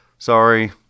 Sorry